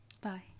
Bye